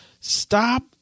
Stop